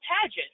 pageant